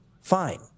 Fine